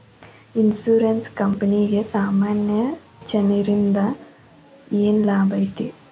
Insurance ಕ್ಂಪನಿಗೆ ಸಾಮಾನ್ಯ ಜನ್ರಿಂದಾ ಏನ್ ಲಾಭೈತಿ?